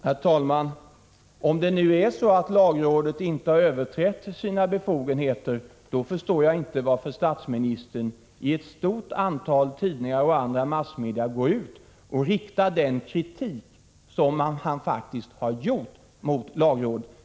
Herr talman! Om det är så att lagrådet inte har överträtt sina befogenheter, då förstår jag inte varför statsministern i ett stort antal tidningar och andra massmedia går ut och riktar denna kritik mot lagrådet, såsom han faktiskt har gjort.